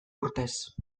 urtez